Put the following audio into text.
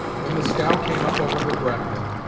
when the scow came up over her grapnel,